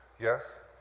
Yes